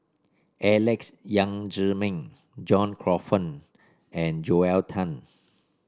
Alex Yam Ziming John Crawfurd and Joel Tan